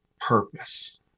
purpose